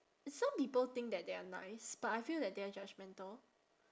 some people think that they are nice but I feel that they're judgmental